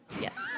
Yes